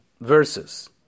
Verses